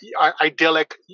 idyllic